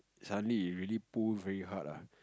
suddenly it really pull very hard ah